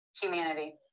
Humanity